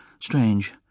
Strange